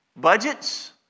Budgets